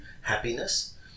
happiness